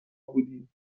بودیم